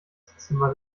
esszimmer